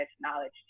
knowledge